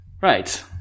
Right